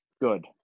good